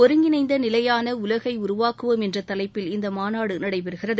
ஜருங்கிணைந்த நிலையான உலகை உருவாக்குவோம் என்ற தலைப்பில் இந்த மாநாடு நடைபெறுகிறது